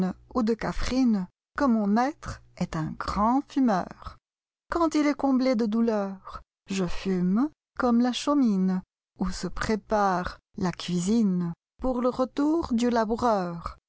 ou de cafrine que mon maître est un grand fumeur quand il est comblé de douleur je fume comme la chaumineoù se prépare la cuisinepour le retour du laboureur